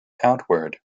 outward